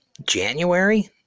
January